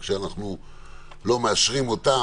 אם אנחנו לא מאשרים סעיפים מסוימים,